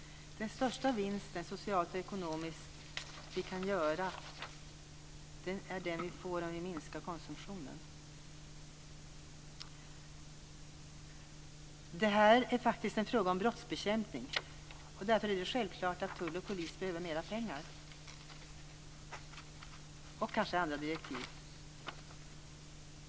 Den största vinsten vi kan göra, socialt och ekonomiskt, är den vi får om vi minskar konsumtionen. Det här är faktiskt en fråga om brottsbekämpning. Därför är det självklart att tull och polis behöver mer pengar och kanske andra direktiv.